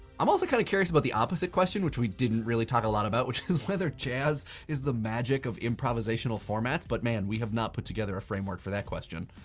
i'm also kind of curious about the opposite question, which we didn't really talk a lot about, which is whether jazz is the magic of improvisational formats. but man, we have not put together a framework for that question.